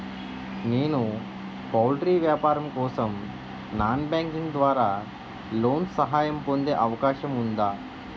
నేను పౌల్ట్రీ వ్యాపారం కోసం నాన్ బ్యాంకింగ్ ద్వారా లోన్ సహాయం పొందే అవకాశం ఉందా?